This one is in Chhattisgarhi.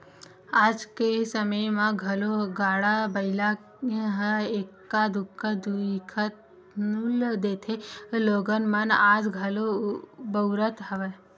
आज के समे म घलो गाड़ा बइला ह एक्का दूक्का दिखउल देथे लोगन मन आज घलो बउरत हवय